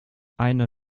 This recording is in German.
einer